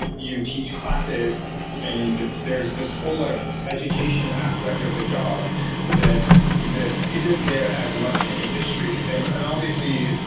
you teach classes and there is this whole like education aspect of the job that that isn't there as much in industry and and obviously,